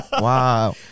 Wow